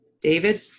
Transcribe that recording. David